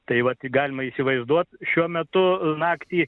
tai va tai galima įsivaizduot šiuo metu naktį